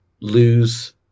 lose